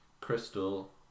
Crystal